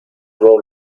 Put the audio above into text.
grow